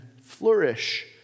flourish